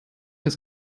ist